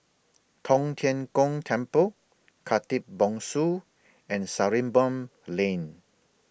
Tong Tien Kung Temple Khatib Bongsu and Sarimbun Lane